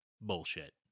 Bullshit